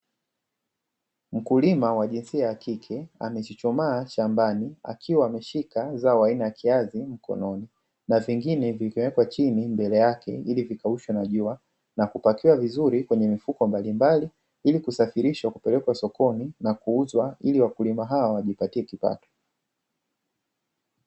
Mkulima wa jinsia ya kike amechuchumaa shambani. Akiwa ameshika zao aina ya kiazi mkononi na vingine vikiwekwa chini mbele yake ili vikaushwe na jua na kupakiwa vizuri, kwenye mifuko mbalimbali ili kusafirisha kupelekwa sokoni na kuuzwa ili wakulima hawa wajipatie kipato.